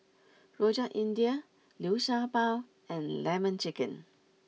Rojak India Liu Sha Bao and Lemon Chicken